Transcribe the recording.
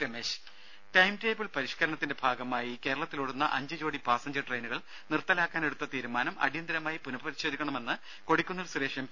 ദ്ദേ ടൈംടേബിൾ പരിഷ്ക്കരണത്തിന്റെ ഭാഗമായി കേരളത്തിലോടുന്ന അഞ്ച് ജോടി പാസഞ്ചർ ട്രെയിനുകൾ നിർത്തലാക്കാൻ എടുത്ത തീരുമാനം അടിയന്തരമായി പുനപരിശോധിക്കണമെന്ന് കൊടിക്കുന്നിൽ സുരേഷ് എം